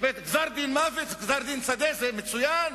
זאת אומרת, גזר-דין מוות, גזר-דין שדה, זה מצוין,